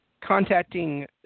contacting